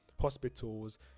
hospitals